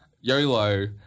YOLO